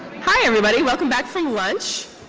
hi everybody. welcome back from lunch.